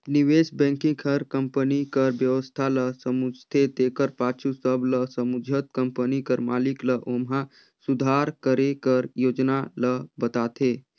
निवेस बेंकिग हर कंपनी कर बेवस्था ल समुझथे तेकर पाछू सब ल समुझत कंपनी कर मालिक ल ओम्हां सुधार करे कर योजना ल बताथे